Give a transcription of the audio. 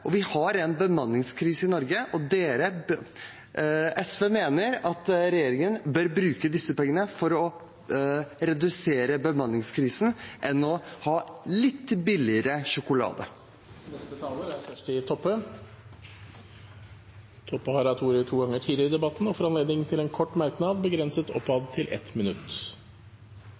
Vi har en bemanningskrise i Norge, og SV mener at regjeringen heller bør bruke disse pengene for å redusere bemanningskrisen enn å ha litt billigere sjokolade. Representanten Kjersti Toppe har hatt ordet to ganger tidligere i debatten og får ordet til en kort merknad, begrenset til 1 minutt.